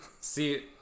See